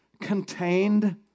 contained